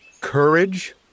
courage